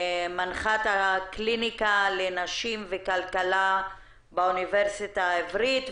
מנחת הקליניקה לנשים וכלכלה באוניברסיטה העברית,